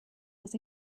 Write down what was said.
was